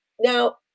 Now